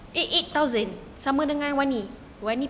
eight eight thousand sama dengan warni